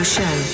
Show